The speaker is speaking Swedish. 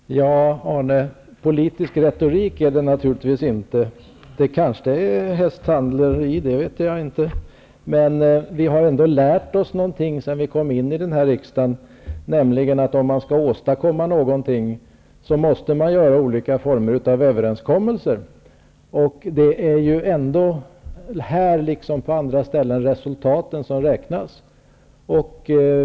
Herr talman! Politisk retorik är det naturligtvis inte, Arne Kjörnsberg. Kanske det är hästhandleri -- det vet jag inte. Men vi har ändå lärt oss något sedan vi kom in i riksdagen, nämligen att om man skall åstadkomma någonting så måste man göra olika former av överenskommelser. Här liksom på andra ställen är det ju ändå resultaten som räknas.